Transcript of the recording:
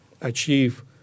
achieve